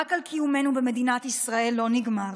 המאבק על קיומנו במדינת ישראל לא נגמר.